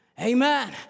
Amen